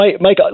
Mike